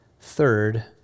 third